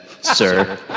sir